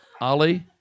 Ali